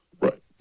Right